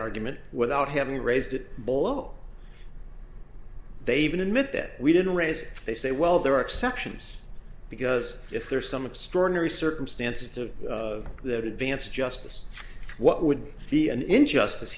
argument without having raised it below they even admit that we didn't raise it they say well there are exceptions because if there are some extraordinary circumstances to that advance justice what would be an injustice